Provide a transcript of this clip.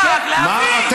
מה אתה רוצה?